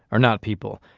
are not people.